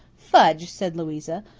fudge! said louisa.